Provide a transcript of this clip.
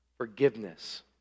Forgiveness